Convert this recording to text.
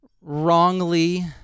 wrongly